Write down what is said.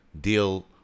deal